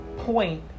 Point